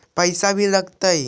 पैसा भी लगतय?